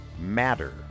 matter